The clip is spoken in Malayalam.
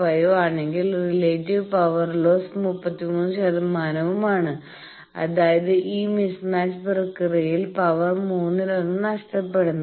5 ആണെങ്കിൽ റിലേറ്റീവ് പവർ ലോസ് 33 ശതമാനവുമാണ് അതായത് ഈ മിസ്മാച്ച് പ്രക്രിയയിൽ പവർ മൂന്നിലൊന്ന് നഷ്ടപ്പെടുന്നു